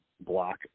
block